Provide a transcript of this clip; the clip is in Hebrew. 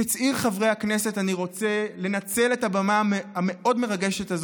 כצעיר חברי הכנסת אני רוצה לנצל את הבמה המרגשת מאוד